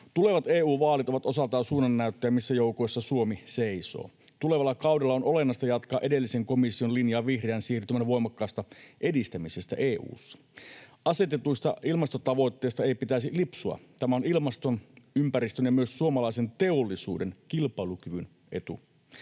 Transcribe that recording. Tulevat EU-vaalit ovat osaltaan suunnannäyttäjä, missä joukoissa Suomi seisoo. Tulevalla kaudella on olennaista jatkaa edellisen komission linjaa vihreän siirtymän voimakkaasta edistämisestä EU:ssa. Asetetuista ilmastotavoitteista ei pitäisi lipsua. Tämä on ilmaston, ympäristön ja myös suomalaisen teollisuuden kilpailukyvyn etu.